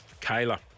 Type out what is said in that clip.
Kayla